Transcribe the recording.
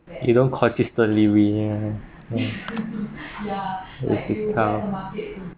you don't which is tough